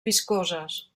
viscoses